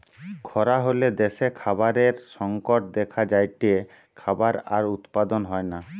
খরা হলে দ্যাশে খাবারের সংকট দেখা যায়টে, খাবার আর উৎপাদন হয়না